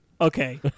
okay